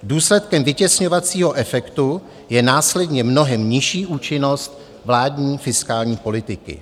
Důsledkem vytěsňovacího efektu je následně mnohem nižší účinnost vládní fiskální politiky.